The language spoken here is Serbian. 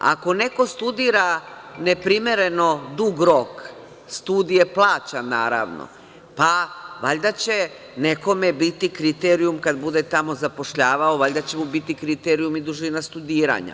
Ako neko studira neprimereno dug rok, studije plaća naravno, pa valjda će nekome biti kriterijum kada bude tamo zapošljavao, valjda će mu biti kriterijum i dužina studiranja.